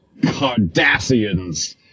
cardassians